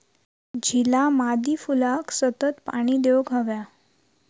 झिला मादी फुलाक सतत पाणी देवक हव्या